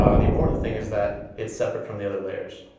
um the important thing is that it's separate from the other layers.